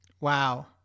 Wow